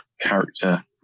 character